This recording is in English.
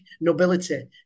nobility